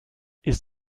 ist